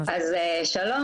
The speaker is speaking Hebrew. שלום,